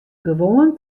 gewoan